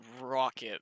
rocket